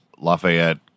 Lafayette